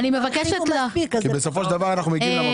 כי בסופו של דבר אנחנו מגיעים למקום הזה.